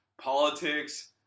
Politics